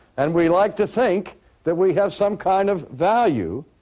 and we like to think that we have some kind of value,